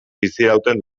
bizirauten